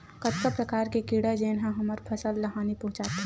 कतका प्रकार के कीड़ा जेन ह हमर फसल ल हानि पहुंचाथे?